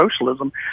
socialism